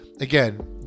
again